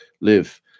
live